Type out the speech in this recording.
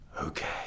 okay